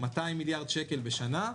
200 מיליארד שקל בשנה,